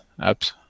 apps